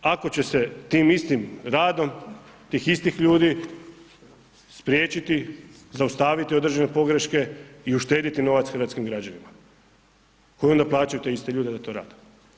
Ako će se tim istim radom, tih istih ljudi spriječiti, zaustaviti određene pogreške i uštedjeti novac hrvatskim građanima koji onda plaćaju te iste ljude da to rade.